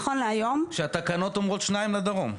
נכון להיום --- כשהתקנות אומרות שניים לדרום,